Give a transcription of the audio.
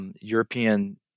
European